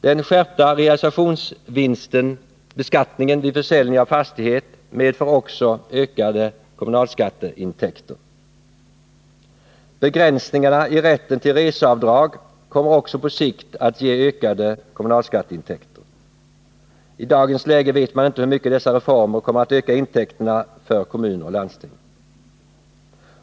Den skärpta realisationsvinstbeskattningen vid försäljning av fastighet medför också ökade kommunalskatteintäkter. Begränsningarna i rätten till reseavdrag kommer också på sikt att ge ökade kommunalskatteintäkter. I dagens läge vet man inte hur mycket dessa reformer kommer att öka intäkterna för kommuner och landsting.